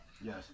Yes